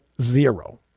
zero